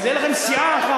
אז תהיה לכם סיעה אחת,